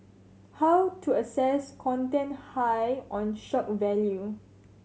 how to assess content high on shock value